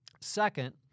Second